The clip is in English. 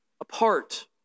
apart